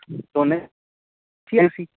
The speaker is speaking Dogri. दौनें आस्तै उसी